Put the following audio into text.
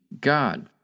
God